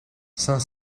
cinq